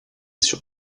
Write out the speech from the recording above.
sur